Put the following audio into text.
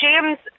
James